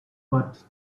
what